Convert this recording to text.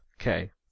Okay